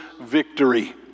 victory